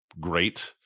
great